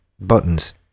buttons